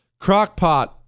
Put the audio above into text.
Crockpot